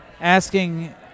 Asking